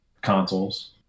consoles